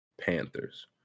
Panthers